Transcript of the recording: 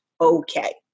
okay